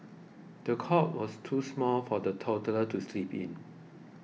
the cot was too small for the toddler to sleep in